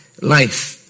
life